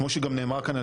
כמו שנאמר כאן,